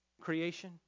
Creation